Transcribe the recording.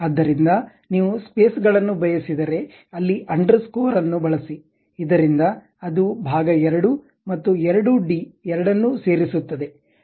ಆದ್ದರಿಂದ ನೀವು ಸ್ಪೇಸ್ ಗಳನ್ನು ಬಯಸಿದರೆ ಅಲ್ಲಿ ಅಂಡರ್ ಸ್ಕೋರ್ ಬಳಸಿ ಇದರಿಂದ ಅದು ಭಾಗ 2 ಮತ್ತು 2 ಡಿ ಎರಡನ್ನೂ ಸೇರಿಸುತ್ತದೆ